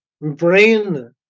brain